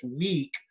week